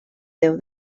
déu